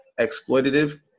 Exploitative